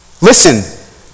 Listen